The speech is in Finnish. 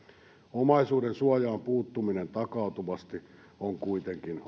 omaisuudensuojaan puuttuminen takautuvasti on kuitenkin